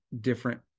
different